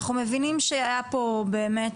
אנחנו מבינים שהיה פה באמת,